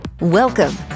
Welcome